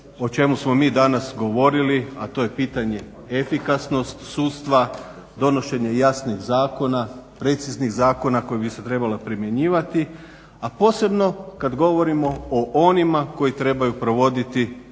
o čemu smo mi danas govorili, a to je pitanje efikasnost sudstva, donošenje jasnih zakona, preciznih zakona koja bi se trebala primjenjivati, a posebno kad govorimo o onima koji trebaju provoditi te